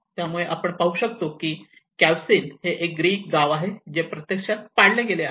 त्यामुळे आपण पाहू शकता की कॅव्हसिन हे एक ग्रीक गाव आहे जे प्रत्यक्षात पाडले गेले आहे